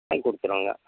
பண்ணிக் கொடுத்துருவேங்க